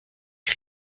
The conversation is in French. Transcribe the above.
que